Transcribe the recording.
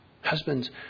Husbands